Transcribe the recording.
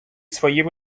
своїм